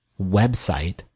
website